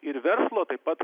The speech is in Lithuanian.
ir verslo taip pat